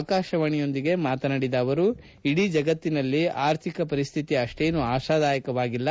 ಆಕಾಶವಾಣಿಯೊಂದಿಗೆ ಮಾತನಾಡಿದ ಅವರು ಇಡೀ ಜಗತ್ತಿನಲ್ಲಿ ಆರ್ಥಿಕ ಪರಿಸ್ಕಿತಿ ಅಷ್ಟೇನೂ ಆಶಾದಾಯಕವಾಗಿಲ್ಲ